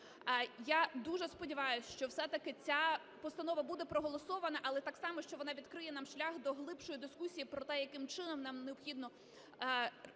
Я дуже сподіваюсь, що все-таки ця постанова буде проголосована, але так само що вона відкриє нам шлях до глибшої дискусії про те, яким чином нам необхідно